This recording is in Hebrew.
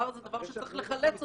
לא, זה דבר שצריך לחלץ אותו.